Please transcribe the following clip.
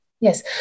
Yes